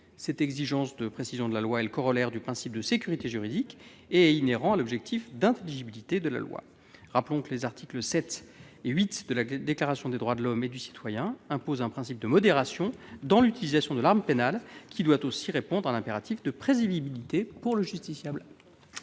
Cette exigence de précision de la loi est le corollaire du principe de sécurité juridique et est inhérente à l'objectif d'intelligibilité de la loi. Les articles VII et VIII de la Déclaration des droits de l'homme et du citoyen imposent le respect d'un principe de modération dans l'utilisation de l'arme pénale, qui doit aussi répondre à un impératif de prévisibilité pour le justiciable.